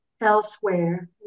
elsewhere